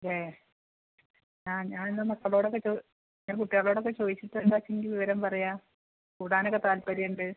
അതെ ആ ഞാനെന്നാൽ മക്കളോടൊക്കെ ചോ ഞാൻ കുട്ടികളോടൊക്കെ ചോദിച്ചിട്ട് എന്താ വെച്ചെങ്കിൽ വിവരം പറയാം കൂടാനൊക്കെ താത്പര്യം ഉണ്ട്